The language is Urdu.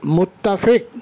متفق